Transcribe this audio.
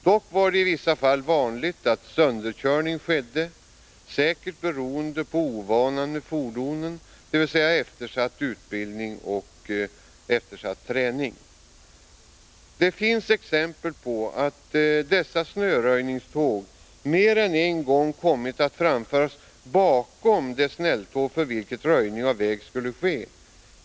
Dock var det i vissa fall vanligt att sönderkörning skedde — säkert beroende på ovanan med fordonen, dvs. eftersatt utbildning och träning. Det finns exempel på att dessa snöröjningståg mer än en gång kommit att framföras bakom det snälltåg för vilket röjning av väg skulle ske.